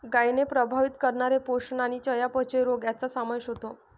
गायींना प्रभावित करणारे पोषण आणि चयापचय रोग यांचा समावेश होतो